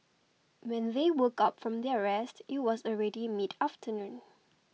when they woke up from their rest it was already mid afternoon